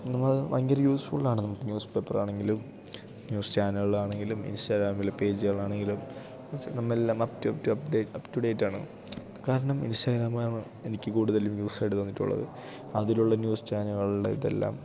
നമ്മൾ അത് ഭയങ്കര യൂസ്ഫുള്ളാണ് നമുക്ക് ന്യൂസ് പേപ്പറാണെങ്കിലും ന്യൂസ് ചാനലുകളാണെങ്കിലും ഇൻസ്റ്റാഗ്രാമിൽ പേജുകളാണെങ്കിലും നമ്മളെല്ലാം അപ്റ്റുഡേറ്റാണ് കാരണം ഇൻസ്റ്റാഗ്രാമാണ് എനിക്ക് കൂടുതലും യൂസായിട്ട് തോന്നിയിട്ടുള്ളത് അതിലുള്ള ന്യൂസ് ചാനലുകളുടെ ഇതെല്ലാം